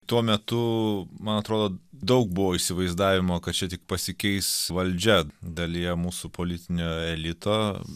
tuo metu man atrodo daug buvo įsivaizdavimo kad čia tik pasikeis valdžia dalyje mūsų politinio elito